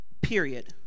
Period